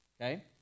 Okay